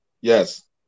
Yes